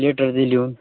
letter दे लिहून